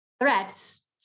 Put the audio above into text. threats